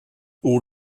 all